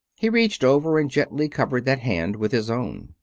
he reached over and gently covered that hand with his own.